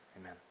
amen